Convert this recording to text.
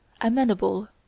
Amenable